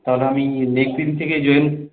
তাহলে আমি নেক্সট দিন থেকে জয়েন